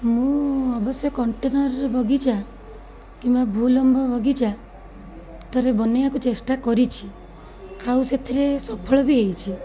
ମୁଁ ଅବଶ୍ୟ କଣ୍ଟେନର୍ ବଗିଚା କିମ୍ବା ଭୂଲମ୍ବ ବଗିଚା ଥରେ ବନାଇବାକୁ ଚେଷ୍ଟା କରିଛି ଆଉ ସେଥିରେ ସଫଳ ବି ହେଇଛି